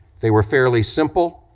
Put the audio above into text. they were fairly simple,